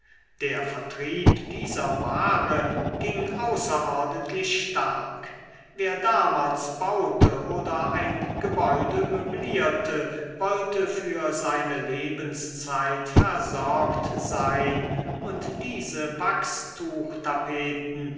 der vertrieb dieser ware ging außerordentlich stark wer damals baute oder ein gebäude möblierte wollte für seine lebenszeit versorgt sein und diese